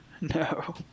No